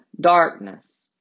darkness